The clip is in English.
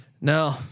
No